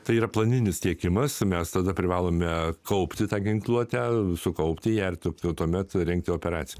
tai yra planinis tiekimas mes tada privalome kaupti tą ginkluotę sukaupti ją taptų tuomet rengti operaciją